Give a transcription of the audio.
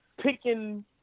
picking